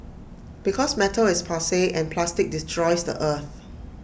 because metal is passe and plastic destroys the earth